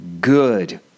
good